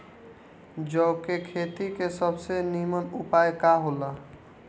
जौ के खेती के सबसे नीमन उपाय का हो ला?